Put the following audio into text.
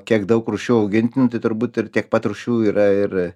kiek daug rūšių augintinių tai turbūt ir tiek pat rūšių yra ir